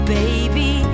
baby